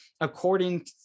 according